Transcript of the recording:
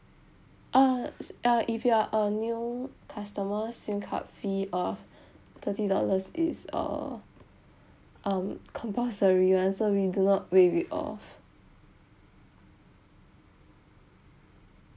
uh s~ uh if you are a new customer SIM card fee of thirty dollars is uh um compulsory [one] so we do not waive it off